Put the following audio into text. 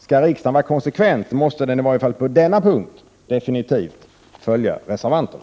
Skall riksdagen vara konsekvent, måste den i varje fall på den punkten definitivt följa reservanterna.